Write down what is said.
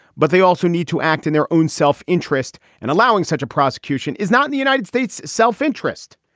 but they also need to act in their own self-interest. and allowing such a prosecution is not in the united states self-interest.